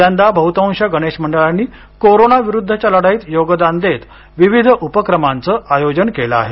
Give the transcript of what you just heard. यंदा बहुतांश गणेश मंडळांनी कोरोना विरुद्धच्या लढाईसाठी योगदान देत विविध उपक्रमांचं आयोजन केलं आहे